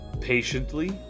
patiently